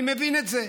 אני מבין את זה,